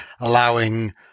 allowing